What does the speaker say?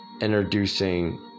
introducing